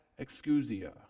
excusia